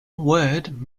word